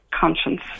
conscience